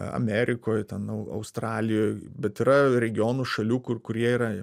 amerikoj ten australijoj bet yra regionų šalių kur kur jie yra